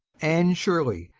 anne shirley,